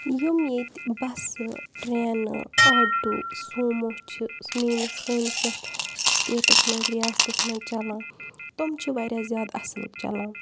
یِم ییٚتہِ بَسہٕ ٹرٛینہٕ آٹوٗ سومو چھِ میٛٲنِس سٲنِس یَتھ سِٹیٹَس منٛز رِیاستَس منٛز چَلان تِم چھِ واریاہ زیادٕ اَصٕل چَلان